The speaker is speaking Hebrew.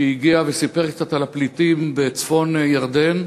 שהגיע וסיפר קצת על הפליטים בצפון ירדן,